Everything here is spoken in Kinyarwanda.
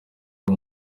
ari